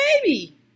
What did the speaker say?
baby